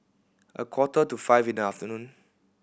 a quarter to five in the afternoon